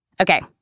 Okay